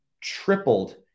tripled